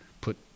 put